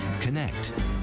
Connect